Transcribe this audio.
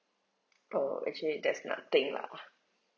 uh actually there's nothing lah